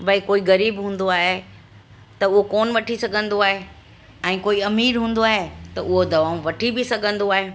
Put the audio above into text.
भई कोई ग़रीबु हूंदो आहे त उहो कोनि वठी सघंदो आहे ऐं कोई अमीरु हूंदो आहे त उहो दवाऊं वठी बि सघंदो आहे